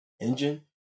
engine